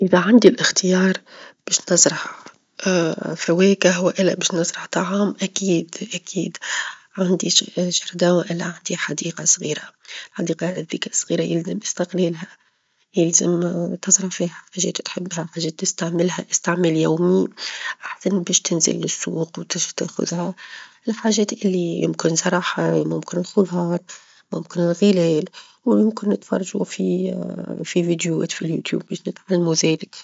إذا عندي الإختيار باش نزرع فواكه، والا باش نزرع طعام أكيد أكيد، -عندي حديقة- والا عندي حديقة صغيرة، الحديقة هذيك الصغيرة يلزم استغلالها، يلزم تزرع فيها حاجات تحبها، حاجات تستعملها استعمال يومي، وأحسن باش تنزل للسوق و-تش- تاخذها الحاجات اللى يمكن زرعها ممكن الخظار، ممكن الغلال، ويمكن تفرجوا -في- في فيديوهات في اليوتيوب باش نتعلموا ذلك.